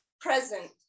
present